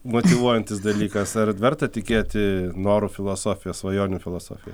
motyvuojantis dalykas ar verta tikėti norų filosofija svajonių filosofija